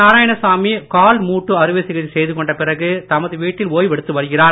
நாராயணசாமி கால் மூட்டில் அறுவை சிகிச்சை செய்துகொண்ட பிறகு தமது வீட்டில் ஒய்வெடுத்து வருகிறார்